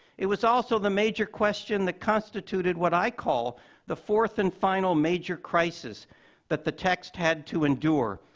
it was also the major question that constituted what i call the fourth and final major crisis that the text had to endure,